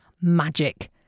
magic